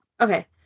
Okay